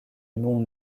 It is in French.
mont